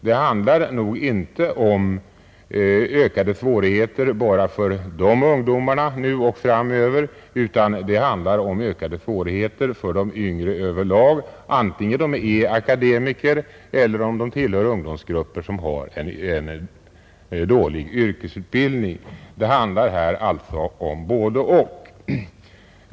Det handlar nog inte om ökade svårigheter bara för dessa ungdomar nu och framöver, utan det handlar om ökade svårigheter för de yngre över lag, vare sig de är akademiker eller tillhör ungdomsgrupper som har en dålig yrkesutbildning. Det handlar här alltså om både-och.